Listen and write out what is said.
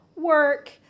work